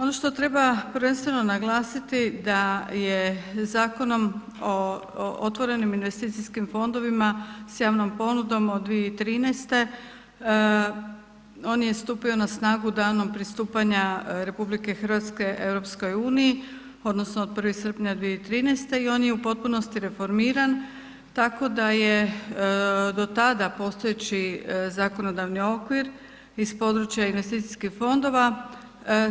Ono što treba prvenstveno naglasiti da je Zakonom o otvorenim investicijskim fondovima s javnom ponudom od 2013. on je stupio na snagu danom pristupanja RH EU odnosno od 1. srpnja 2013. i on je u potpunosti reformiran tako da je do tada postojeći zakonodavni okvir iz područja investicijskih fondova